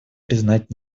признать